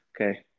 Okay